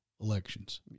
elections